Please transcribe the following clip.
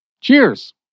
Cheers